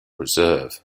reserve